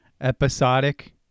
episodic